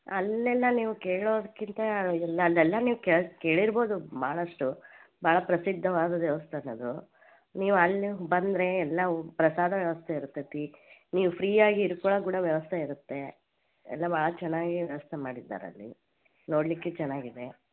ಅಲ್ಲೆಲ್ಲ ನೀವು ಕೇಳೋದ್ಕಿಂತ ಎಲ್ಲ ಅಲ್ಲೆಲ್ಲ ನೀವು ಕೇಳಿರ್ಬೋದು ಭಾಳಷ್ಟು ಭಾಳ ಪ್ರಸಿದ್ಧವಾದ ದೇವಸ್ಥಾನ ಅದು ನೀವು ಅಲ್ಲಿ ಬಂದರೆ ಎಲ್ಲವೂ ಪ್ರಸಾದ ಸಿಗುತೈತಿ ನೀವು ಫ್ರೀ ಆಗಿ ಇರ್ಕೊಳ್ಳೋಕ್ಕೆ ಕೂಡ ವ್ಯವಸ್ಥೆ ಇರುತ್ತೆ ಎಲ್ಲ ಭಾಳ ಚೆನ್ನಾಗಿ ವ್ಯವಸ್ಥೆ ಮಾಡಿದ್ದಾರೆ ಅಲ್ಲಿ ನೋಡಲಿಕ್ಕೆ ಚೆನ್ನಾಗಿದೆ